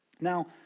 Now